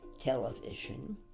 television